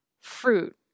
fruit